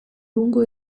lungo